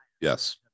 Yes